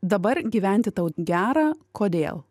dabar gyventi tau gera kodėl